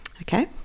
okay